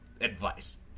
advice